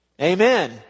Amen